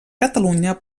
catalunya